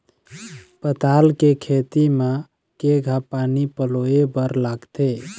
पताल के खेती म केघा पानी पलोए बर लागथे?